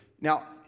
Now